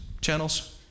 channels